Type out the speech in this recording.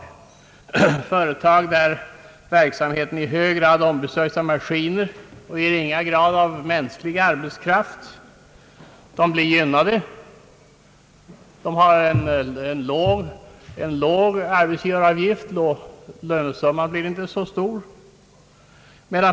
De företag där verksamheten i hög grad ombesörjs av maskiner och i ringa grad av mänsklig arbetskraft blir gynnade. De får en låg arbetsgivaravgift, eftersom lönesumman inte blir så stor.